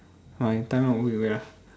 my timer a bit weird ah